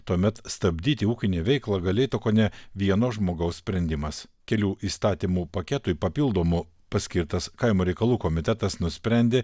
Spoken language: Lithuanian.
tuomet stabdyti ūkinę veiklą galėtų kone vieno žmogaus sprendimas kelių įstatymų paketui papildomu paskirtas kaimo reikalų komitetas nusprendė